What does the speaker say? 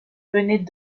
venaient